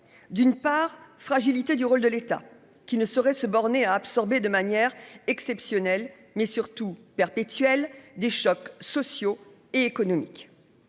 d'une part, fragilité du rôle de l'État qui ne saurait se borner à absorber de manière exceptionnelle, mais surtout perpétuel des chocs sociaux et économiques,